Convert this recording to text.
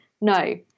No